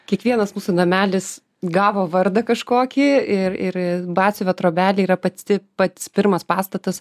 kiekvienas mūsų namelis gavo vardą kažkokį ir ir batsiuvio trobelė yra patci pats pirmas pastatas